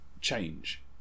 change